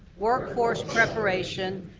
workforce preparation,